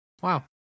Wow